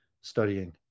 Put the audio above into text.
studying